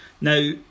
Now